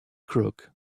crook